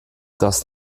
das